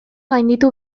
gainditu